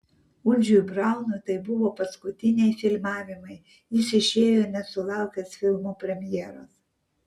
uldžiui braunui tai buvo paskutiniai filmavimai jis išėjo nesulaukęs filmo premjeros